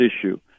issue